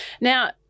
Now